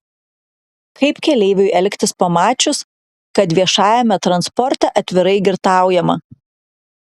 kaip keleiviui elgtis pamačius kad viešajame transporte atvirai girtaujama